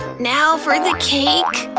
now for the cake.